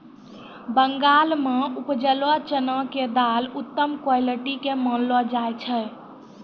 बंगाल मॅ उपजलो चना के दाल उत्तम क्वालिटी के मानलो जाय छै